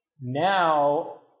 now